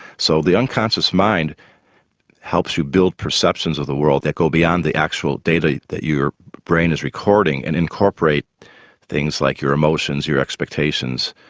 so the unconscious mind helps you build perceptions of the world that go beyond the actual data that your brain is recording and incorporates things like your emotions, your expectations,